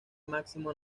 máximo